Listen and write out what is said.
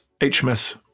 HMS